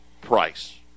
price